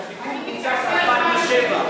שהתיקון בוצע כבר ב-2007.